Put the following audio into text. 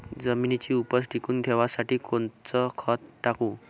जमिनीची उपज टिकून ठेवासाठी कोनचं खत टाकू?